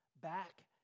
back